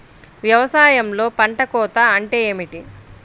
వ్యవసాయంలో పంట కోత అంటే ఏమిటి?